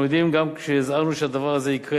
אנחנו יודעים גם שכשהזהרנו שהדבר הזה יקרה